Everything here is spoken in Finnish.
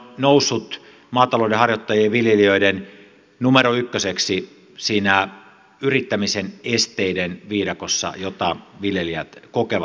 se on noussut maataloudenharjoittajien ja viljelijöiden numero ykköseksi siinä yrittämisen esteiden viidakossa jota viljelijät kokevat